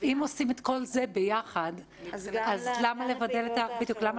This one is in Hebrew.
אם עושים את כל זה ביחד אז למה לבדל את הלינה?